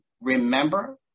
remember